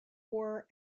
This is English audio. war